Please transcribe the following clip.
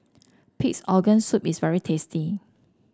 Pig's Organ Soup is very tasty